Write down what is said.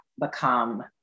become